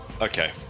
okay